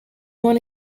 one